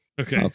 Okay